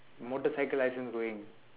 motorcycle license going